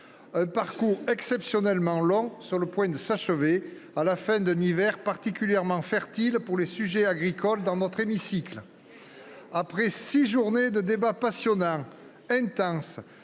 Ce parcours exceptionnellement long est sur le point de s’achever, à la fin d’un hiver particulièrement fertile pour les sujets agricoles dans notre hémicycle. Après six journées de débats passionnants, intenses,